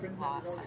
loss